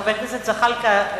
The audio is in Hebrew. חבר הכנסת זחאלקה,